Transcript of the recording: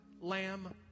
lamb